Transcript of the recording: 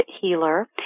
healer